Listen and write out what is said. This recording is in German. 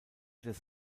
des